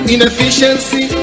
Inefficiency